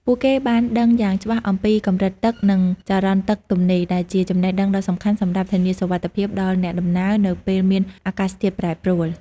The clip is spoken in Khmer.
ពួកគេបានដឹងយ៉ាងច្បាស់អំពីកម្រិតទឹកនិងចរន្តទឹកទន្លេ ដែលជាចំណេះដឹងដ៏សំខាន់សម្រាប់ធានាសុវត្ថិភាពដល់អ្នកដំណើរនៅពេលមានអាកាសធាតុប្រែប្រួល។